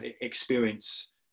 experience